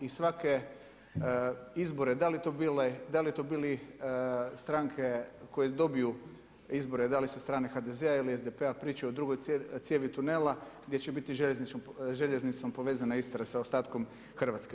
I svake izbore da li to bili stranke koji dobiju izbore, da li sa strane HDZ-a ili SDP-a pričaju o drugoj cijevi tunela gdje će biti željeznicom povezana Istra sa ostatkom Hrvatske.